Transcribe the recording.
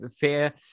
fair